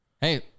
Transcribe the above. Hey